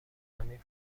زمین